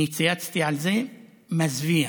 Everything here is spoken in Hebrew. אני צייצתי על זה, מזוויע,